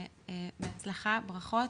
בהצלחה, ברכות.